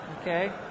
Okay